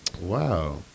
Wow